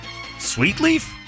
Sweetleaf